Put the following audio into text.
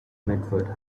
medford